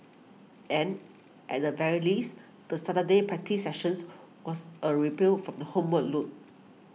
and at the very least the Saturday practice sessions was a ray built from the homework load